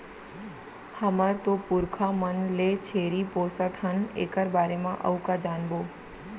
हमर तो पुरखा मन ले छेरी पोसत हन एकर बारे म अउ का जानबो?